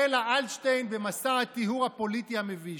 החלה אלטשטיין במסע הטיהור הפוליטי המביש.